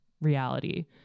reality